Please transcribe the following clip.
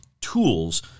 tools